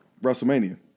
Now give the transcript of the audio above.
WrestleMania